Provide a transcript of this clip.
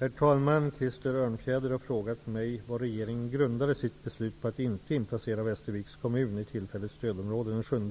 Herr talman! Krister Örnfjäder har frågat mig vad regeringen grundade sitt beslut på att inte inplacera